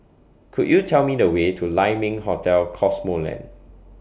Could YOU Tell Me The Way to Lai Ming Hotel Cosmoland